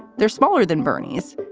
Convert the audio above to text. they're smaller than bernie's,